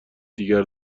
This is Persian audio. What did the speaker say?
دیگر